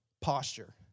posture